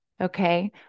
Okay